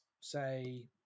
say